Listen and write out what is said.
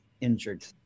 injured